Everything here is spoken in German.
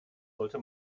sollte